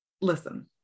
listen